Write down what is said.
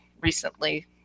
recently